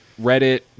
Reddit